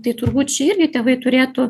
tai turbūt čia irgi tėvai turėtų